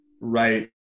right